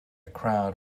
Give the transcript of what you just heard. crowd